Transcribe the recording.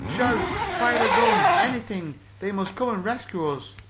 shout fire a gun anything! they must come and rescue us!